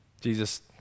Jesus